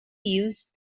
use